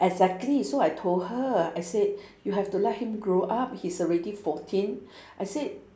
exactly so I told her I said you have to let him grow up he's already fourteen I said